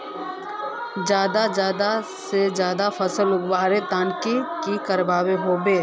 ज्यादा से ज्यादा फसल उगवार तने की की करबय होबे?